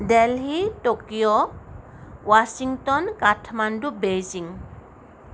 Delhi Tokyo Washington Kathmandu Beijing